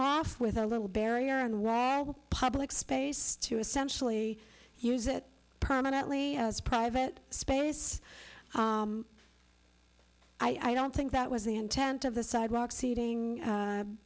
off with a little barrier and why public space to essentially use it permanently as private space i don't think that was the intent of the sidewalk seating